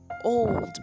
old